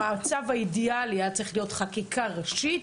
המצב האידיאלי היה צריך להיות חקיקה ראשית,